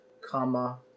comma